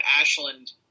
Ashland